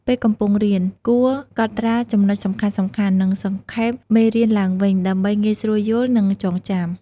ពេលកំពុងរៀន គួរកត់ត្រាចំណុចសំខាន់ៗ និងសង្ខេបមេរៀនឡើងវិញ ដើម្បីងាយស្រួលយល់ និងចងចាំ។